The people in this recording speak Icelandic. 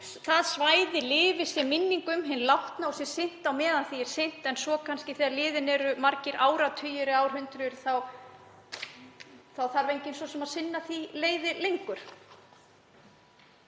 það svæði lifi sem minning um hinn látna og sé sinnt á meðan því er sinnt. En svo þegar liðnir eru margir áratugir eða árhundruð þá þarf enginn svo sem að sinna því leiði lengur.